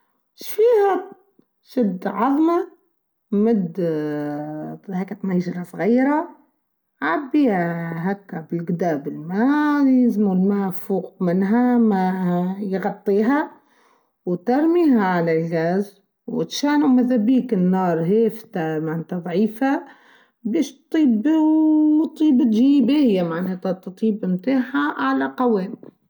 شفيها شد عظمة مد هاكا ناجرة صغيرة عبيها هكا بالقداب المالي زمو المال فوق منها ما يغطيها وترميها على الجاز وتشانو ماذا بيك النار هفتة معنى تضعيفة بيشطيب وطيب جيبية معنى تطيب متاحة على قوام.